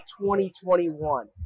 2021